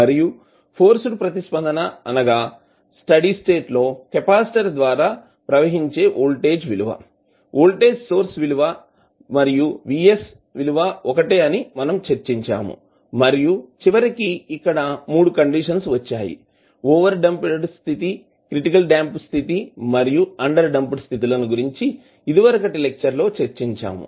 మరియు ఫోర్స్ ప్రతిస్పందన అనగా స్టడీ స్టేట్ లో కెపాసిటర్ ద్వారా ప్రవహించే వోల్టేజ్ విలువ వోల్టేజ్ సోర్స్ విలువ Vs ఒకటే అని మనం చర్చించాము మరియు చివరకి ఇక్కడ 3 కండిషన్స్ వచ్చాయి ఓవర్ డ్యాంప్డ్ స్థితి క్రిటికల్లీ డ్యాంప్డ్ స్థితి మరియు అండర్ డాంప్డ్ స్థితుల ల గురించి ఇదివరకటి లెక్చర్ లో చర్చించాం